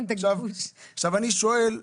אני שואל עכשיו,